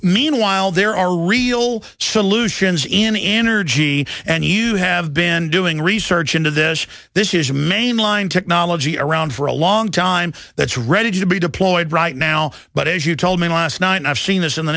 meanwhile there are real solutions in energy and you have been doing research into this this is a mainline technology around for a long time that's ready to be deployed right now but as you told me last night i've seen this in the